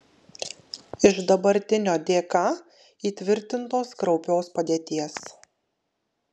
iš dabartinio dk įtvirtintos kraupios padėties